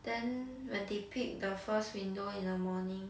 then when they pick the first window in the morning